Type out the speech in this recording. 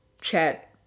chat